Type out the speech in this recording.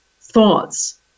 thoughts